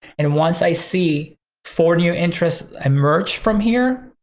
and once i see four new interests emerge from here,